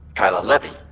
keila levy.